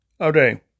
Okay